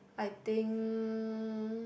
I think